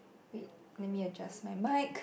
wait let me adjust my mic